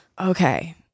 Okay